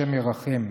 השם ירחם.